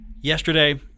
yesterday